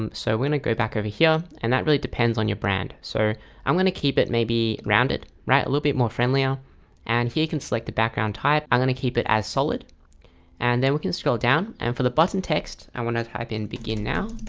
um so we're gonna go back over here and that really depends on your brand so i'm gonna keep it maybe round it right a little bit more friendlier and here you can select the background type i'm gonna keep it as solid and then we can scroll down and for the button text i want to type in begin now.